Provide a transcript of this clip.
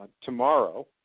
tomorrow